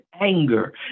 anger